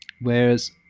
Whereas